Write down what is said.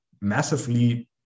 massively